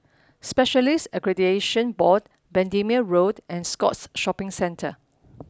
Specialists Accreditation Board Bendemeer Road and Scotts Shopping Centre